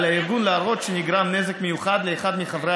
על הארגון להראות שנגרם נזק מיוחד לאחד מחברי